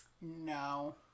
No